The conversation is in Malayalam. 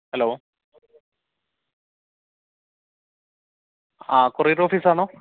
ഹലോ ആ കൊറിയർ ഓഫീസ് ആണോ